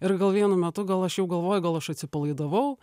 ir gal vienu metu gal aš jau galvoju gal aš atsipalaidavau